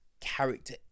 character